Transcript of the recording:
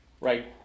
right